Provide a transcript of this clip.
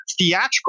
theatrical